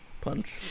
punch